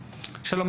שלום,